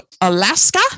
Alaska